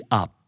up